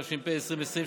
התש"ף 2020,